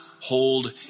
hold